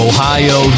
Ohio